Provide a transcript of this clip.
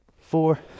four